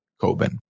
Coben